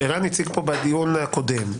שהציג פה ערן בדיון הקודם,